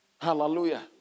Hallelujah